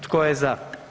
Tko je za?